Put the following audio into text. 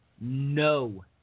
No